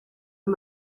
and